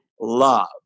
love